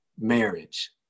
marriage